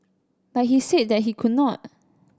but he said that he could not